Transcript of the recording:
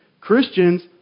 Christians